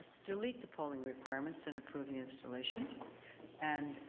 delete the following requirements and approve the installation and,